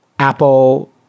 Apple